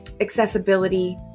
Accessibility